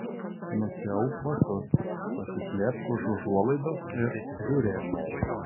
nusiauk batus pasislėpk už užuolaidos ir žiūrėk